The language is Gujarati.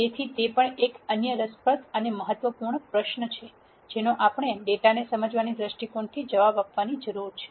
તેથી તે પણ એક અન્ય રસપ્રદ અને મહત્વપૂર્ણ પ્રશ્ન છે જેનો આપણે ડેટાને સમજવાની દ્રષ્ટિકોણથી જવાબ આપવાની જરૂર છે